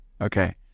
Okay